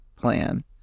plan